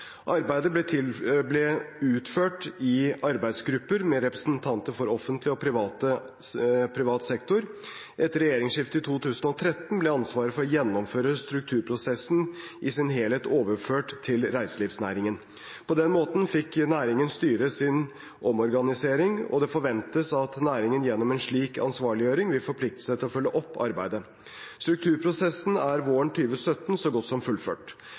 Arbeidet ble utført i arbeidsgrupper med representanter for offentlig og privat sektor. Etter regjeringsskiftet i 2013 ble ansvaret for å gjennomføre strukturprosessen i sin helhet overført til reiselivsnæringen. På denne måten fikk næringen styre sin omorganisering, og det forventes at næringen gjennom en slik ansvarliggjøring vil forplikte seg til å følge opp arbeidet. Strukturprosessen er våren 2017 så godt som fullført.